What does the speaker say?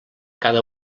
cada